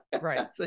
Right